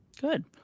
good